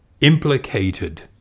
implicated